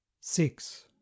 six